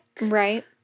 Right